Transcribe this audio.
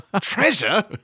Treasure